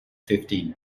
fifteen